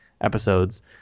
episodes